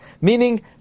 Meaning